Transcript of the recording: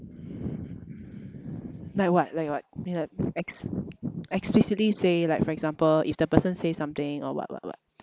like what like what mean like ex~ explicitly say like for example if the person say something or what what what